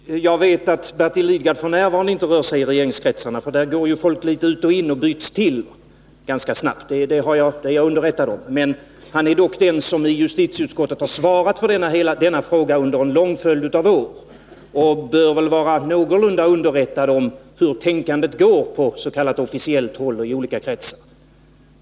Herr talman! Jag vet att Bertil Lidgard f. n. inte rör sig i regeringskretsarna. Där går ju folk ut och in och byts om ganska snabbt, det är jag underrättad om. Men han är dock den som i justitieutskottet har svarat för denna fråga under en lång följd av år, och han bör väl vara någorlunda underrättad om hur tänkandet går på s.k. officiellt håll och i olika kretsar.